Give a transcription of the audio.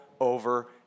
over